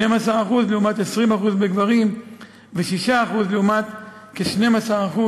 12% לעומת 20% בגברים ו-6% לעומת כ-12%בנשים.